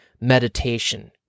meditation